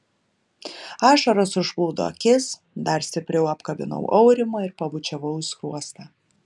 ašaros užplūdo akis dar stipriau apkabinau aurimą ir pabučiavau į skruostą